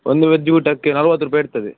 ಒಂದು ವೆಜ್ ಊಟಕ್ಕೆ ನಲವತ್ತು ರೂಪಾಯಿ ಇರ್ತದೆ